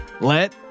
let